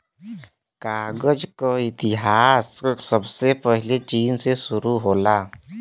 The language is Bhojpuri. कागज क इतिहास सबसे पहिले चीन से शुरु होला